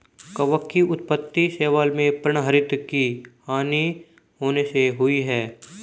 कवक की उत्पत्ति शैवाल में पर्णहरित की हानि होने से हुई है